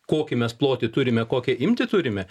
kokį mes plotį turime kokią imti turime